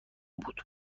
بود